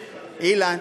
אילן,